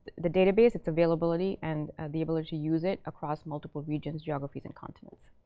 the database, its availability, and the ability to use it across multiple regions, geographies, and continents.